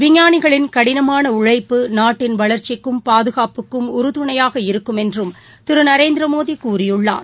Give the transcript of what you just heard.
விஞ்ஞானிகளின் கடினமாகஉழைப்பு நாட்டின் வளர்ச்சிக்கும் பாதுகாப்புக்கும் உறுதுணையாக இருக்கும் என்றும் திருநரேந்திரமோடிகூறியுள்ளார்